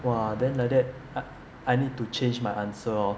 !wah! then like that I need to change my answer lor